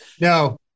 No